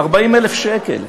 40,000 שקל,